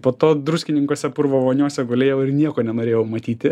po to druskininkuose purvo voniose gulėjau ir nieko nenorėjau matyti